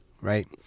Right